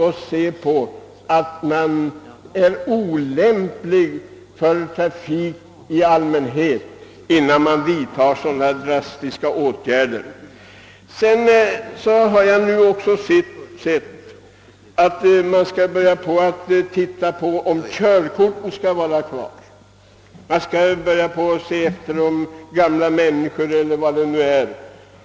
Det måste fastställas att vederbörande allmänt sett är olämplig i trafiken, innan sådana här drastiska åtgärder vidtas. Jag har också erfarit att man skall börja se efter om t.ex. gamla människor